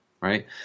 right